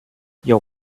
your